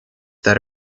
that